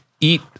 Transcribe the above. eat